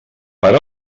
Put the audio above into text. per